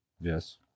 Yes